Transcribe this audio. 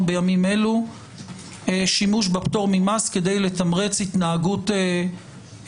בימים אלה שימוש בפטור ממס כדי לתמרץ התנהגות מידתית,